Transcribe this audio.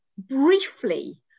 briefly